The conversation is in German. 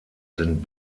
sind